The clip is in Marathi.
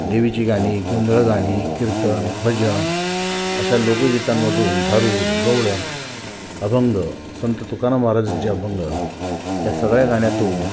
देवीची गाणी गोंधळ गाणी कीर्तन भजन अशा लोकगीतांमधून भारुड गवळण अभंग संत तुकाराम महाराजांचे अभंग ह्या सगळ्या गाण्यातून